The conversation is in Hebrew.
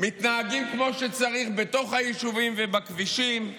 מתנהגים כמו שצריך בתוך היישובים ובכבישים.